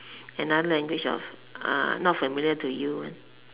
another language uh uh not familiar to you